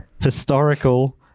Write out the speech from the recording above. historical